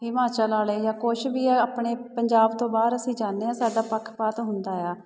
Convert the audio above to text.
ਹਿਮਾਚਲ ਵਾਲੇ ਜਾਂ ਕੁਛ ਵੀ ਆਪਣੇ ਪੰਜਾਬ ਤੋਂ ਬਾਹਰ ਅਸੀਂ ਜਾਂਦੇ ਹਾਂ ਸਾਡਾ ਪੱਖ ਪਾਤ ਹੁੰਦਾ ਆ